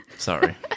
Sorry